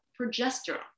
progesterone